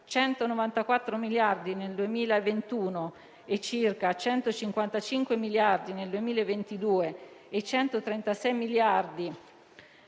194 miliardi nel 2021, circa 155 miliardi nel 2022 e 136 miliardi